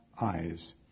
eyes